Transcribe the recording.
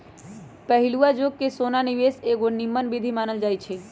पहिलुआ जुगे से सोना निवेश के एगो निम्मन विधीं मानल जाइ छइ